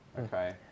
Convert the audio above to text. okay